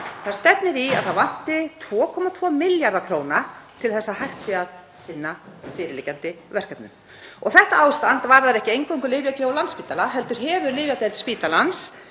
Það stefnir í að það vanti 2,2 milljarða kr. til að hægt sé að sinna fyrirliggjandi verkefnum. Þetta ástand varðar ekki eingöngu lyfjagjöf á Landspítala heldur hefur lyfjadeild spítalans